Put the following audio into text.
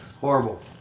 Horrible